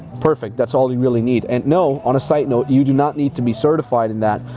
perfect, that's all you really need. and no, on a side note, you do not need to be certified in that,